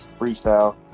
freestyle